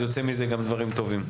אז יוצא מזה גם דברים טובים.